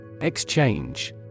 Exchange